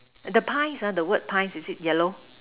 the pies ah the word pies is it yellow